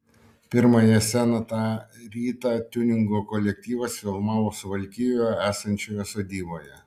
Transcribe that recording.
pirmąją sceną tą rytą tiuningo kolektyvas filmavo suvalkijoje esančioje sodyboje